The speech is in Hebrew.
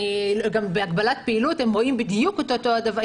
גם בהגבלת פעילות הם רואים בדיוק את אותו הדבר.